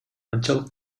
канчалык